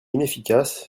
inefficace